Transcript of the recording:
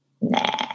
Nah